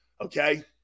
Okay